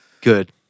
good